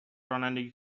رانندگی